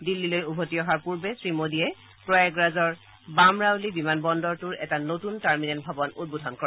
দিল্লীলৈ উভতি অহাৰ পূৰ্বে শ্ৰীমোডীয়ে প্ৰয়াগৰাজৰ বামৰাউলী বিমান বন্দৰটোৰ এটা নতুন টাৰ্মিনেল ভৱন উদ্বোধন কৰে